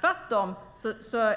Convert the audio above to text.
Tvärtom